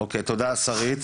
תודה שרית.